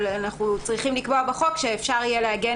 אבל צריך לקבוע בחוק שאפשר יהיה להגן